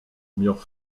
mirent